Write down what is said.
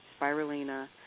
spirulina